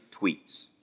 Tweets